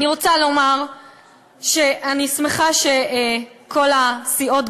אני רוצה לומר שאני שמחה שכל הסיעות,